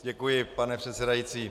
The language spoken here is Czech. Děkuji, pane předsedající.